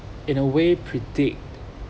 in a way predict